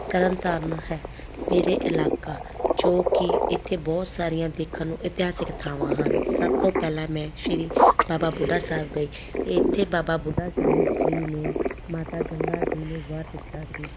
ਤਰਨ ਤਾਰਨ ਹੈ ਮੇਰੇ ਇਲਾਕਾ ਜੋ ਕਿ ਇੱਥੇ ਬਹੁਤ ਸਾਰੀਆਂ ਦੇਖਣ ਨੂੰ ਇਤਿਹਾਸਿਕ ਥਾਵਾਂ ਹਨ ਸਭ ਤੋਂ ਪਹਿਲਾਂ ਮੈਂ ਸ਼੍ਰੀ ਬਾਬਾ ਬੁੱਢਾ ਸਾਹਿਬ ਗਈ ਇੱਥੇ ਬਾਬਾ ਬੁੱਢਾ ਸਾਹਿਬ ਜੀ ਨੇ ਮਾਤਾ ਗੰਗਾ ਜੀ ਨੂੰ ਵਰ ਦਿੱਤਾ ਸੀ